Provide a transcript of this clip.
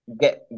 get